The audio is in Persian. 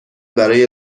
برای